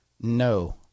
No